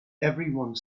everyone